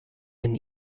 and